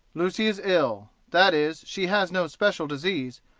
lucy is ill that is, she has no special disease,